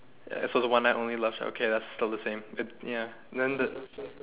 ya so the one night only love shack okay that's still the same it ya then the